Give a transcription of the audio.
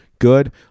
good